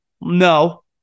No